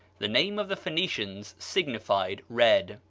the name of the phoenicians signified red.